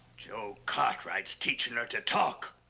joe cartwright's teaching her to talk!